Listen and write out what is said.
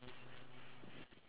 ya